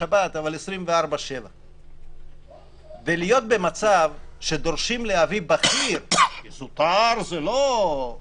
24/7. להיות במצב שדורשים להביא בכיר זוטר זה לא ---,